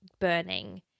burning